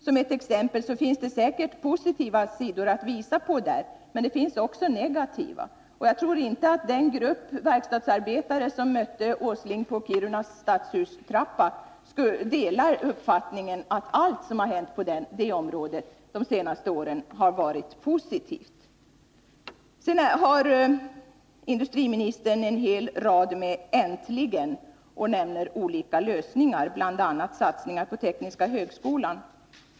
Det finns säkerligen positiva sidor att peka på där. Men det finns också negativa sidor. Jag tror inte att den grupp verkstadsarbetare som mötte Nils Åsling på trappan till Kirunas stadshus delar uppfattningen att allt som hänt på det området de senaste åren har varit positivt. Vidare har industriministern en hel rad med ”äntligen”, och han nämner olika lösningar, bl.a. satsningen på tekniska högskolan.